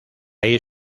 ahí